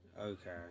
Okay